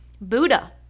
Buddha